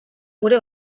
gure